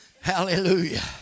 hallelujah